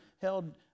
held